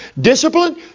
Discipline